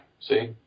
see